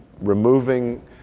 removing